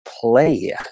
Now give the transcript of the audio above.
play